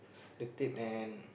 the tape and